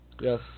Yes